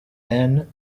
ben